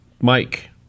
Mike